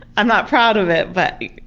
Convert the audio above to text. i'm not proud of it, but.